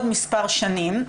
עוד מספר שנים.